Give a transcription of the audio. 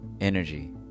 Energy